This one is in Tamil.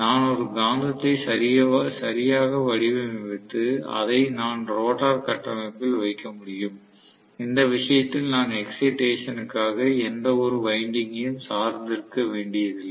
நான் ஒரு காந்தத்தை சரியாக வடிவமைத்து அதை நான் ரோட்டார் கட்டமைப்பில் வைக்க முடியும் இந்த விஷயத்தில் நான் எக்ஸைடேசன் க்காக எந்தவொரு வைண்டிங்கையும் சார்ந்து இருக்க வேண்டியதில்லை